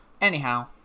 anyhow